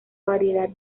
variedad